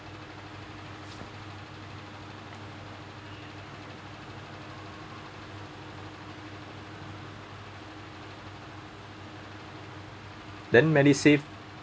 then medisave